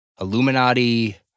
Illuminati